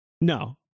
No